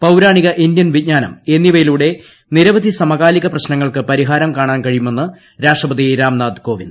പൌരാണിക Indian വിജ്ഞാനം എന്നിവയിലൂടെ നിരവധി സമകാലിക പ്രശ്നങ്ങൾക്ക് പരിഹാരം കാണാൻ കഴിയുമെന്ന് രാഷ്ട്രപതി രാംനാഥ് കോവിന്ദ്